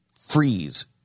freeze